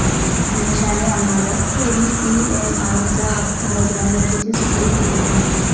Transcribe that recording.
अमीषाने आम्हाला ई.एम.आई चा हप्ता मोजण्यासाठीचे सूत्र सांगितले